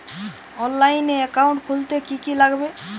অনলাইনে একাউন্ট খুলতে কি কি লাগবে?